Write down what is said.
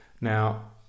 Now